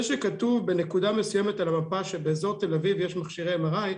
זה שכתוב בנקודה מסוימת על המפה שבאזור תל אביב יש מכשירי MRI,